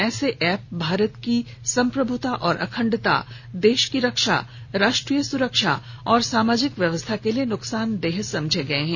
ऐसे ऐप भारत की संप्रभुता और अखंडता देश की रक्षा राष्ट्रीय सुरक्षा और सामाजिक व्यवस्था के लिए नुकसानदेह समझे गये हैं